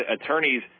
attorneys